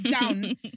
down